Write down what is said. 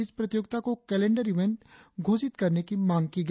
इस प्रतियोगिता को कैलेंडर इवेंट घोषित करने की मांग की है